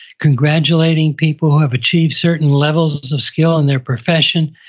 congratulating people who have achieved certain levels of skill in their profession,